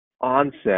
onset